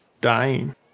dying